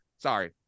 Sorry